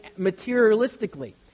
materialistically